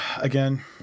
Again